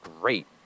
great